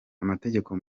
amategeko